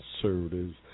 conservatives